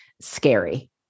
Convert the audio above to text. scary